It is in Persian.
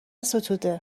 ستوده